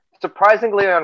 Surprisingly